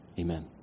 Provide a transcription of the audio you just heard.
amen